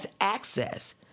access